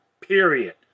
Period